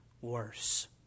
worse